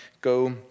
go